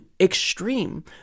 extreme